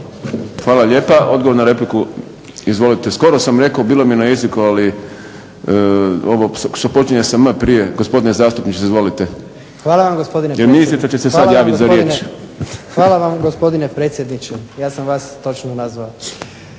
Hvala vam gospodine predsjedniče. Ja sam vas točno nazvao.